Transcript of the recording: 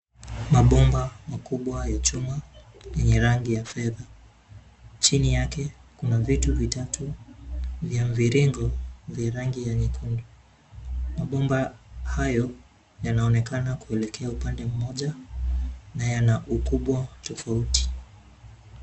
Mabomba makubwa ya chuma yenye rangi ya fedha. Chini yake kuna vitu vitatu vya mviringo vya rangi ya nyekundu. Mabomba hayo yanaonekana kuelekea upande mmoja na yana ukubwa tofauti.